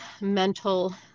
mental